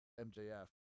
MJF